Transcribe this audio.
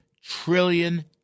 trillion